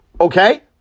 Okay